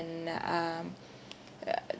um uh